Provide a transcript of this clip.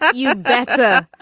ah yeah better